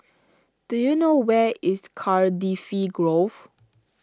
do you know where is Cardifi Grove